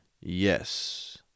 Yes